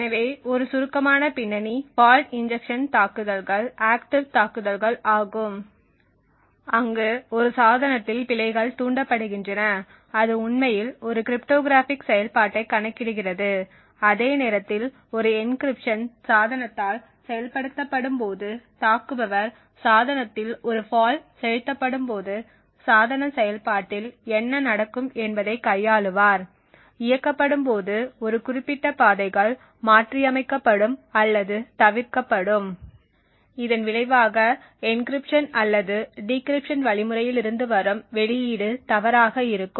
எனவே ஒரு சுருக்கமான பின்னணி ஃபால்ட் இன்ஜெக்ஷன் தாக்குதல்கள் ஆக்ட்டிவ் தாக்குதல்கள் ஆகும் அங்கு ஒரு சாதனத்தில் பிழைகள் தூண்டப்படுகின்றன அது உண்மையில் ஒரு கிரிப்டோகிராஃபிக் செயல்பாட்டைக் கணக்கிடுகிறது அதே நேரத்தில் ஒரு என்கிரிப்ஷன் சாதனத்தால் செயல்படுத்தப்படும் போது தாக்குபவர் சாதனத்தில் ஒரு ஃபால்ட் செலுத்தப்படும்போது சாதனச் செயல்பாட்டில் என்ன நடக்கும் என்பதை கையாளுவார் இயக்கப்படும் போது ஒரு குறிப்பிட்ட பாதைகள் மாற்றியமைக்கப்படும் அல்லது தவிர்க்கப்படும் இதன் விளைவாக என்கிரிப்ஷன் அல்லது டிகிரிப்ஷன் வழிமுறையில் இருந்து வரும் வெளியீடு தவறாக இருக்கும்